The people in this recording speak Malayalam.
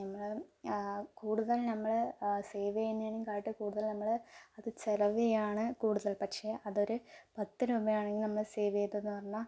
ഞമ്മൾ കൂടുതൽ ഞമ്മൾ സേവ് ചെയ്യുന്നതിനെ കാട്ടിലും കൂടുതൽ ഞമ്മളുടെ അത് ചിലവീയാണ് കൂടുതൽ പക്ഷെ അതൊരു പത്ത് രൂപയാണെങ്കിൽ നമ്മൾ സേവ് ചെയ്തെന്ന് പറഞ്ഞാൽ